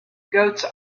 goats